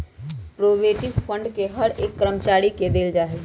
provident fund के हर एक कर्मचारी के देल जा हई